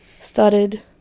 started